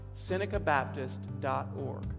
SenecaBaptist.org